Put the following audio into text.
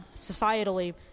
societally